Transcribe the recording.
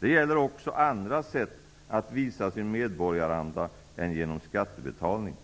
Det gäller också andra sätt att visa sin medborgaranda än genom skattebetalning.